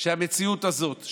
שהמציאות הזאת,